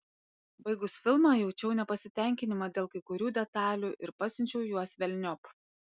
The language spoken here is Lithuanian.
baigus filmą jaučiau nepasitenkinimą dėl kai kurių detalių ir pasiučiau juos velniop